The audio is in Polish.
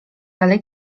dalej